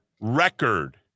record